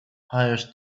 hires